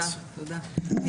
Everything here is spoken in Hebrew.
תודה, תודה.